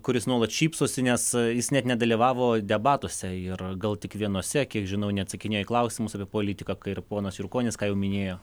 kuris nuolat šypsosi nes jis net nedalyvavo debatuose ir gal tik vienuose kiek žinau neatsakinėjo į klausimus apie politiką kai ir ponas jurkonis ką jau minėjo